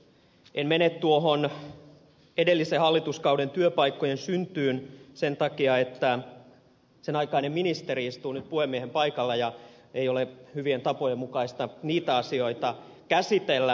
en mene tuohon edellisen hallituskauden työpaikkojen syntyyn sen takia että sen aikainen ministeri istuu nyt puhemiehen paikalla ja ei ole hyvien tapojen mukaista niitä asioita käsitellä